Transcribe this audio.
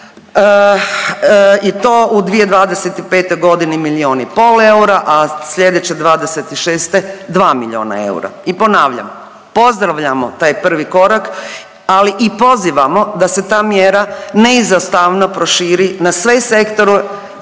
i to u 2025. godini milijun i pol eura, a slijedeće '26. 2 milijuna eura. I ponavljam pozdravljamo taj prvi korak ali i pozivamo da se ta mjera neizostavno proširi na sve sektore